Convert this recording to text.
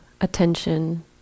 attention